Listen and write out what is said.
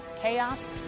chaos